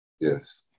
Yes